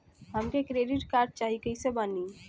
हमके credit card चाही कैसे बनी?